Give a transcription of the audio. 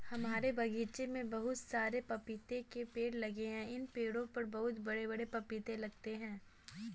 हमारे बगीचे में बहुत सारे पपीते के पेड़ लगे हैं इन पेड़ों पर बहुत बड़े बड़े पपीते लगते हैं